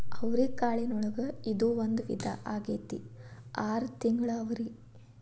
ಅವ್ರಿಕಾಳಿನೊಳಗ ಇದು ಒಂದ ವಿಧಾ ಆಗೆತ್ತಿ ಆರ ತಿಂಗಳ ಅವ್ರಿ